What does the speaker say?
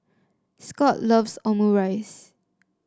Scott loves Omurice